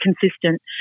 consistent